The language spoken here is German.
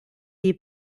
die